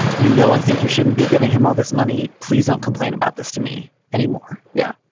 you know, i think you shouldn't be giving him all this money. please don't complain about this to me anymore yeah,